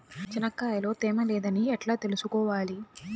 చెనక్కాయ లో తేమ లేదని ఎట్లా తెలుసుకోవాలి?